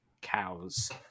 cows